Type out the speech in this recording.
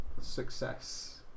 Success